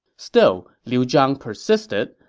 still, liu zhang persisted,